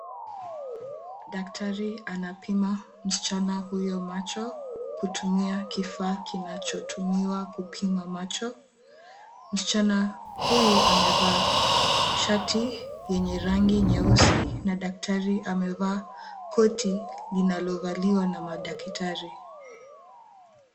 Daktari anapima msichana huyo macho kutumia kifaa kinachotumiwa kupima macho. Msichana huyu amevaa shati yenye rangi nyeusi na daktari amevaa koti linalovaliwa na madaktari.